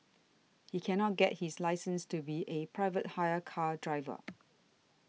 he cannot get his license to be a private hire car driver